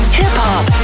hip-hop